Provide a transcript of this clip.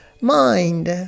mind